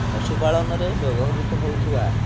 ପଶୁପାଳନରେ ବ୍ୟବହୃତ ହଉଥିବା